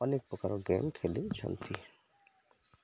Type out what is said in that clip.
ଅନେକ ପ୍ରକାର ଗେମ୍ ଖେଳୁଛନ୍ତି